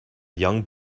young